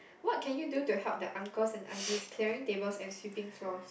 what can you do to help the uncles and aunties clearing tables and sweeping floors